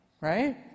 right